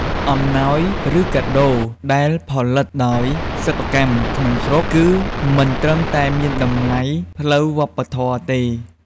អំណោយឬកាដូដែលផលិតដោយសិប្បកម្មក្នុងស្រុក គឺមិនត្រឹមតែមានតម្លៃផ្លូវវប្បធម៌ទេ។